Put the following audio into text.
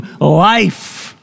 life